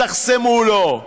תחסמו לו,